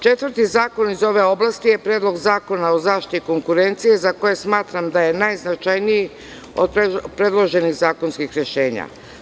Četvrti zakon iz ove oblasti je Predlog Zakona o zaštiti konkurencije za koji smatram da je najznačajniji od predloženih zakonskih rešenja.